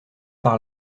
par